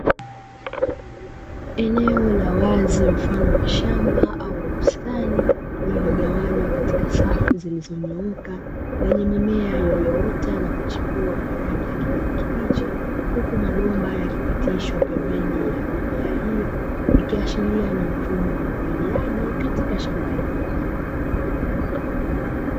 Eneo la wazi mfano wa shamba au bustani lililogawanywa katika safu zilizonyooka vyenye mimea iliyoota na kuchipua kwa rangi ya kijani kibichi, huku mabomba yakipitishwa pembeni ya mimea hiyo ikiashiria ni mfumo wa umwagiliaji katika shamba hilo.